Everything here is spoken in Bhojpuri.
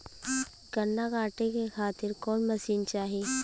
गन्ना कांटेके खातीर कवन मशीन चाही?